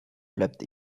bleibt